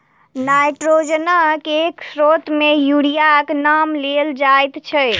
नाइट्रोजनक एक स्रोत मे यूरियाक नाम लेल जाइत छै